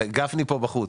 חבר'ה, גפני פה בחוץ.